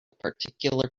particular